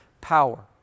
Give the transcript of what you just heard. power